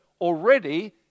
already